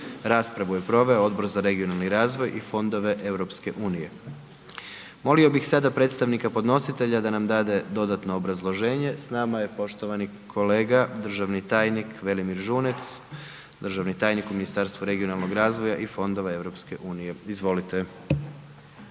Raspravu je proveo Odbor za regionalni razvoj i fondove EU. Molio bih sada predstavnika podnositelja da nam dade dodatno obrazloženje, s nama je poštovani kolega državni tajnik Velimir Žunec, državni tajnik u Ministarstvu regionalnog razvoja i fondova EU, izvolite.